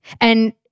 And-